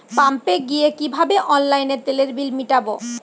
পাম্পে গিয়ে কিভাবে অনলাইনে তেলের বিল মিটাব?